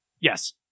Yes